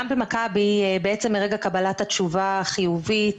בעצם מרגע קבלת התשובה החיובית,